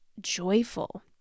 joyful